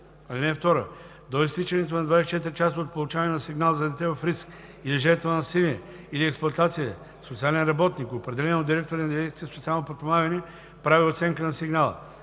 насилието. (2) До изтичането на 24 часа от получаване на сигнал за дете в риск или жертва на насилие или експлоатация социален работник, определен от директора на дирекция „Социално подпомагане“, прави оценка на сигнала.